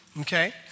okay